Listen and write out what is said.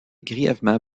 grièvement